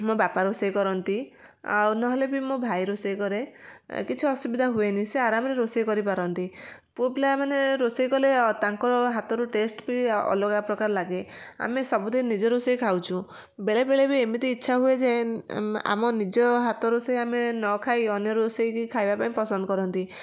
ମୋ ବାପା ରୋଷେଇ କରନ୍ତି ଆଉ ନହେଲେ ବି ମୋ ଭାଇ ରୋଷେଇ କରେ କିଛି ଅସୁବିଧା ହୁଏନି ସେ ଆରାମରେ ରୋଷେଇ କରି ପାରନ୍ତି ପୁଅପିଲାମାନେ ରୋଷେଇ କଲେ ତାଙ୍କର ହାତର ଟେଷ୍ଟ ବି ଅଲଗା ପ୍ରକାର ଲାଗେ ଆମେ ସବୁଦିନି ନିଜ ରୋଷେଇ ଖାଉଛୁ ବେଳେ ବେଳେ ବି ଏମିତି ଇଚ୍ଛା ହୁଏ ଯେ ଆମ ନିଜ ହାତ ରୋଷେଇ ଆମେ ନ ଖାଇ ଅନ୍ୟ ରୋଷେଇକି ଖାଇବା ପାଇଁ ପସନ୍ଦ କରନ୍ତି